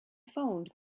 phoned